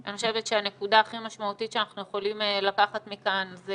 אני חושבת שהנקודה הכי משמעותית שאנחנו יכולים לקחת מכאן זה